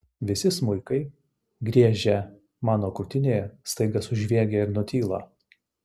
visi smuikai griežę mano krūtinėje staiga sužviegia ir nutyla